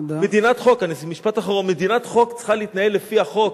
מדינת חוק צריכה להתנהל על-פי החוק.